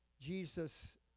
Jesus